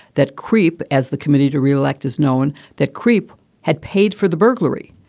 that creep as the committee to re-elect is known that creep had paid for the burglary.